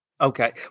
Okay